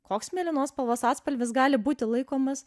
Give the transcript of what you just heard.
koks mėlynos spalvos atspalvis gali būti laikomas